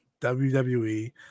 WWE